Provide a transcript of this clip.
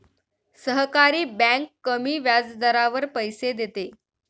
सहकारी बँक कमी व्याजदरावर पैसे देते